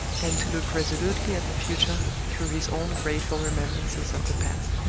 and to look resolutely at the future through his own grateful remembrances of the past.